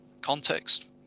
context